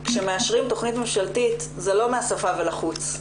כשמאשרים תכנית ממשלתית זה לא מהשפה ולחוץ.